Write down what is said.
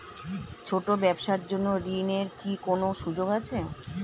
ছোট ব্যবসার জন্য ঋণ এর কি কোন সুযোগ আছে?